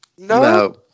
No